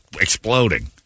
exploding